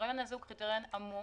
הקריטריון הזה הוא קריטריון עמום